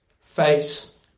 face